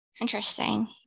Interesting